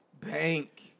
Bank